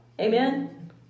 Amen